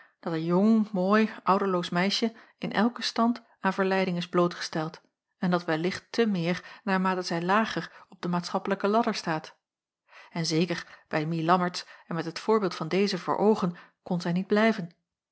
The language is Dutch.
dat een jong mooi ouderloos meisje in elken stand aan verleiding is blootgesteld en dat wellicht te meer naarmate zij lager op den maatschappelijken ladder staat en zeker bij mie lammertsz en met het voorbeeld van deze voor oogen kon zij niet blijven